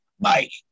Mike